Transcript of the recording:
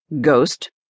ghost